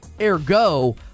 Ergo